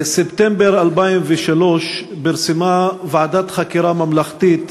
בספטמבר 2003 פרסמה ועדת חקירה ממלכתית